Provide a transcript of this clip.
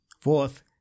Fourth